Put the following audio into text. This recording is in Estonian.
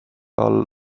all